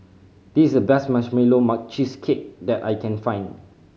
this is the best Marshmallow Cheesecake that I can find